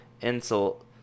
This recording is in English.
insult